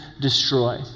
destroy